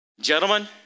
gentlemen